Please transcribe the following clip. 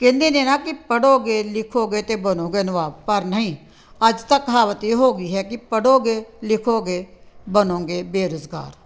ਕਹਿੰਦੇ ਨੇ ਨਾ ਕਿ ਪੜ੍ਹੋਗੇ ਲਿਖੋਗੇ ਤਾਂ ਬਣੋਗੇ ਨਵਾਬ ਪਰ ਨਹੀਂ ਅੱਜ ਤਾਂ ਕਹਾਵਤ ਇਹ ਹੋ ਗਈ ਹੈ ਕਿ ਪੜ੍ਹੋਗੇ ਲਿਖੋਗੇ ਬਣੋਗੇ ਬੇਰੁਜ਼ਗਾਰ